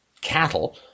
cattle